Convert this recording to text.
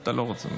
אתה לא רוצה,